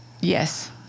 yes